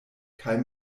kaj